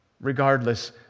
regardless